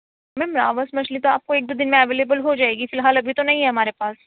میم راوس مچھلی تو آپ کو ایک دو دن میں اویلیبل ہو جائے گی فی الحال ابھی تو نہیں ہے ہمارے پاس